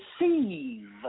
receive